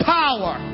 power